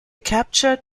captured